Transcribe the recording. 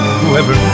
whoever